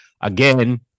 Again